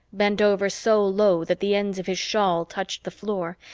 bent over so low that the ends of his shawl touched the floor,